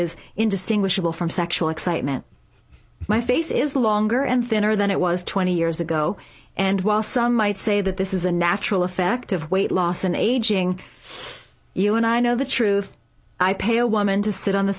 is indistinguishable from sexual excitement my face is longer and thinner than it was twenty years ago and while some might say that this is a natural effect of weight loss and aging you and i know the truth i pay a woman to sit on the